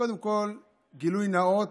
קודם כול, גילוי נאות: